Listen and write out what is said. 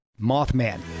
Mothman